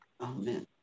Amen